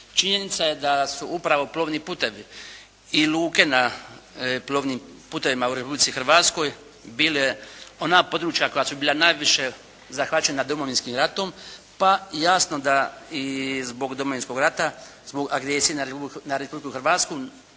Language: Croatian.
Činjenica je da su upravo plovni putovi i luke na plovnim putovima u Republici Hrvatskoj bila ona područja koja su bila najviše zahvaćena Domovinskim ratom, pa jasno da i zbog Domovinskog rata, zbog agresije na Republiku Hrvatsku